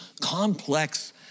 complex